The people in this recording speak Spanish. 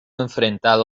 enfrentado